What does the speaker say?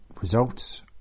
results